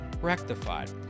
rectified